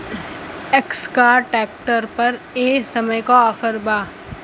Escort tractor पर ए समय का ऑफ़र बा?